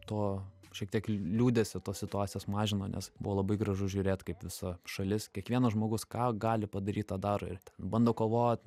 to šiek tiek liūdesio tos situacijos mažino nes buvo labai gražu žiūrėt kaip visa šalis kiekvienas žmogus ką gali padaryt tą daro ir bando kovot